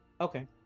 Okay